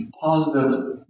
positive